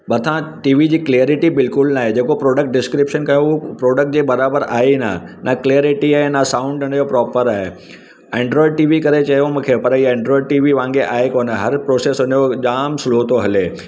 मथा टीवी जी क्लैरिटी बि बिल्कुलु न आहे जेको प्रोडक्ट डिस्क्रिप्शन कयो उहो प्रोडक्ट जे बराबरि आहे ई न न क्लैरिटी आहे न साउंड हुनजो प्रोपर आहे एंड्राइड टीवी करे चयो मूंखे पर ईअ एंड्राइड टीवी वांगुरु आहे कोनि हर प्रोसेस हुनजो जाम स्लो थो हले